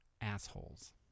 assholes